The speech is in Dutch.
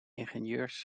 ingenieurs